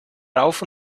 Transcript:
rauf